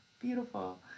beautiful